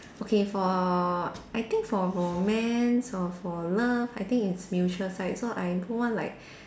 okay for I think for romance or for love I think it's mutual side so I don't want like